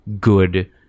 good